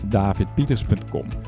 davidpieters.com